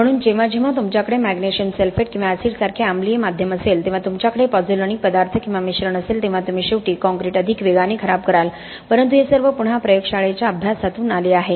म्हणून जेव्हा जेव्हा तुमच्याकडे मॅग्नेशियम सल्फेट किंवा ऍसिडसारखे अम्लीय माध्यम असेल तेव्हा तुमच्याकडे पॉझोलॅनिक पदार्थ किंवा मिश्रण असेल तेव्हा तुम्ही शेवटी कॉंक्रिट अधिक वेगाने खराब कराल परंतु हे सर्व पुन्हा प्रयोगशाळेच्या अभ्यासातून आले आहे